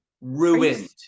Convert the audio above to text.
Ruined